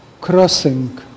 Crossing